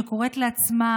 שקוראת לעצמה